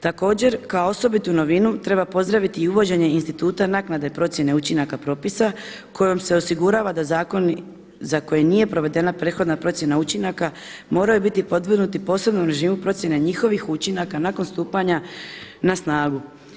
Također kao osobitu novinu treba pozdraviti i uvođenje instituta naknade procjene učinaka propisa kojom se osigurava da zakon za koji nije provedena prethodna procjena učinaka moraju biti podvrgnuti posebnom režimu procjene njihovih učinaka nakon stupanja na snagu.